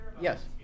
Yes